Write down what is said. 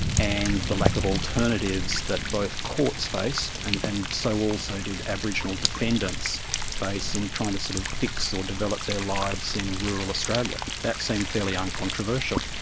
and the lack of alternatives that both courts faced and and so also did aboriginal defendants face in trying to sort of fix or develop their lives in rural australia. that seemed fairly uncontroversial.